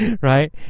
Right